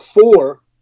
four